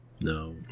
No